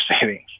savings